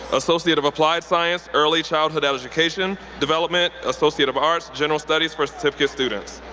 associate of applied science, early childhood education development, associate of arts, general studies for certificate students.